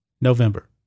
November